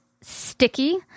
sticky